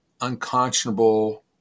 unconscionable